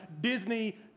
Disney